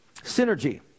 Synergy